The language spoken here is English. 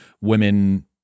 women